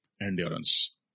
Endurance